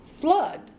flood